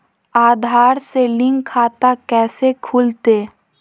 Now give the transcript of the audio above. आधार से लिंक खाता कैसे खुलते?